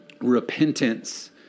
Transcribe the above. Repentance